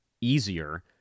easier